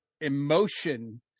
emotion